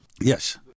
Yes